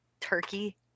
turkey